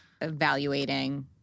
evaluating